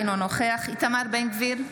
אינו נוכח איתמר בן גביר,